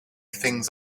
things